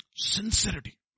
Sincerity